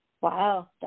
Wow